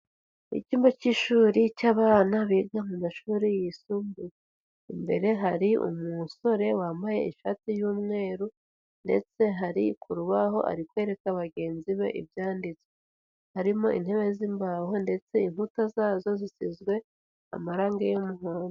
Icyumba cy'ishuri cy'abana biga mu mashuri yisumbuye. Imbere hari umusore wambaye ishati y'umweru, ndetse hari ku rubaho ari kwereka bagenzi be ibyanditse. Harimo intebe z'imbaho ndetse inkuta zazo zisizwe amarangi y'umuhondo.